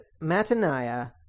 Mataniah